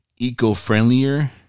Eco-friendlier